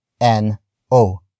N-O